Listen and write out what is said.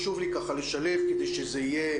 חשוב לי לשלב כדי שזה יהיה